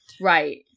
right